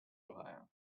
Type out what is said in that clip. ohio